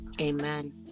Amen